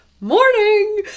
morning